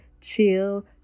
Chill